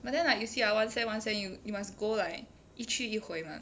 but then like you see ah one cent one cent you you must go like 一去一回 [what]